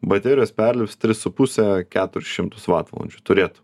baterijos perlips tris su puse keturis šimtus vatvalandžių turėtų